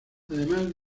además